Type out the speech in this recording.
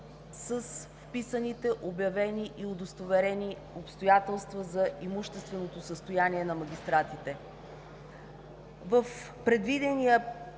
с вписаните обявени и удостоверени обстоятелства за имущественото състояние на магистратите. В предвидения